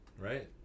right